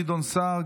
גדעון סער,